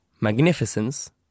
Magnificence